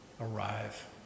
arrive